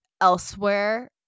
elsewhere